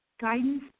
guidance